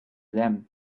them